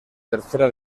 tercera